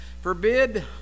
forbid